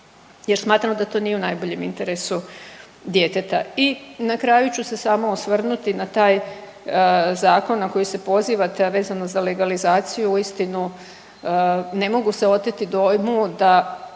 jer smatramo da to nije u najboljem interesu djeteta. I na kraju ću se samo osvrnuti na taj zakon na koji se pozivate, a vezano za legalizaciju uistinu ne mogu se oteti dojmu da